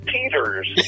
Peters